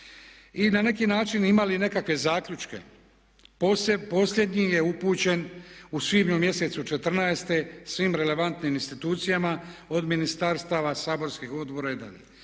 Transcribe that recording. i na neki način imali nekakve zaključke. Posljednji je upućen u svibnju mjesecu 2014. svim relevantnim institucijama, od ministarstava, saborskih odbora i